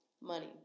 money